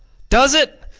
does it!